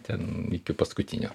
ten iki paskutinio